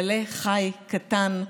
טלה חי קטן.